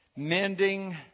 Mending